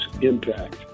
impact